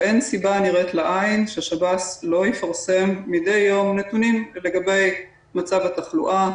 אין סיבה נראית לעין ששב"ס לא יפרסם מדי יום נתונים לגבי מצב התחלואה,